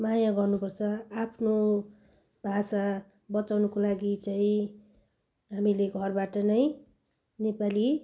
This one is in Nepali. माया गर्नुपर्छ आफ्नो भाषा बचाउनुको लागि चाहिँ हामीले घरबाट नै नेपाली